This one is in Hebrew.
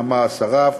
נעמה אסרף,